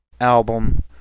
album